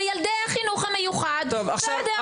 וילדי החינוך המיוחד בסדר,